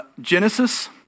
Genesis